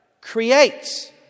creates